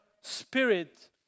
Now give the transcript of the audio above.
spirit